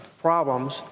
problems